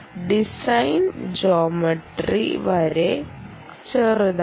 design geometry വളരെ ചെറുതാണ്